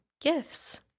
gifts